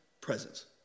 presence